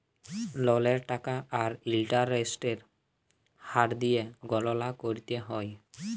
ললের টাকা আর ইলটারেস্টের হার দিঁয়ে গললা ক্যরতে হ্যয়